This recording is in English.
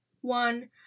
one